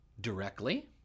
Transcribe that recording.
directly